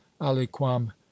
aliquam